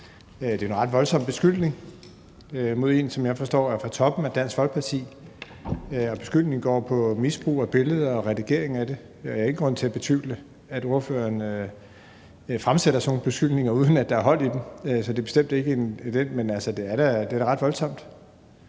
Det er jo en ret voldsom beskyldning mod en, som jeg forstår er fra toppen af Dansk Folkeparti, og beskyldningen går på misbrug af billeder og redigering af dem. Jeg har ingen grund til at betvivle, at der, når ordføreren fremsætter sådan nogle beskyldninger, er hold i dem. Så det er bestemt ikke det, men det er da ret voldsomt